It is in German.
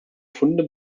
funde